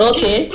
Okay